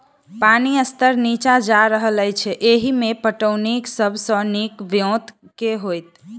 पानि स्तर नीचा जा रहल अछि, एहिमे पटौनीक सब सऽ नीक ब्योंत केँ होइत?